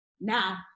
Now